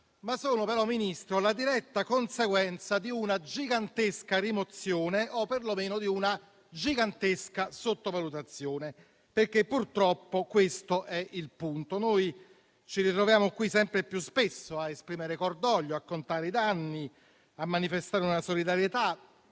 eccezionali, ma la diretta conseguenza però di una gigantesca rimozione o perlomeno di una gigantesca sottovalutazione. Purtroppo, questo è il punto: ci ritroviamo qui sempre più spesso a esprimere cordoglio, contare i danni e manifestare una solidarietà